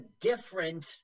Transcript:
different